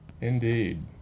Indeed